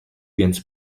więc